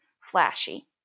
flashy